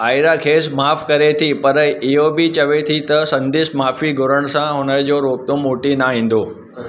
आयरा ख़ेसि माफ़ु करे थी पर इहो बि चवेस थी त संदेस माफ़ी घुरण सां उन्हे जो रोतबो मोटी न ईंदो